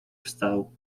wstał